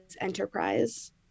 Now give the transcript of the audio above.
Enterprise